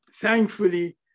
Thankfully